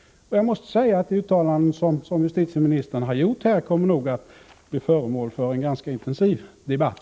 De uttalanden som justitieministern här har gjort kommer nog att bli föremål för en ganska intensiv debatt.